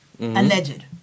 Alleged